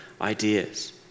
ideas